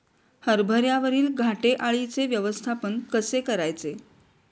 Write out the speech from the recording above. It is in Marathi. हरभऱ्यावरील घाटे अळीचे व्यवस्थापन कसे करायचे?